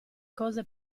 cose